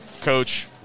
coach